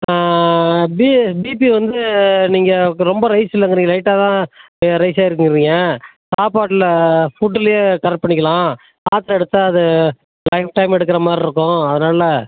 B BP வந்து நீங்கள் ரொம்ப ரைஸ் இல்லைங்கிறீங்க லைட்டாதான் ரைஸ் ஆகியிருக்குங்கிறீங்க சாப்பாட்டில் ஃபுட்லியே கரெக்ட் பண்ணிக்கலாம் மாத்திரை எடுத்தால் அது லைஃப் டைம் எடுக்கிற மாரிருக்கும் அதனால்